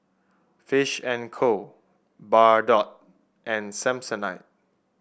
Fish and Co Bardot and Samsonite